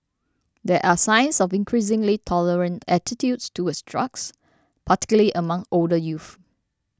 there are signs of increasingly tolerant attitudes towards drugs particularly among older youth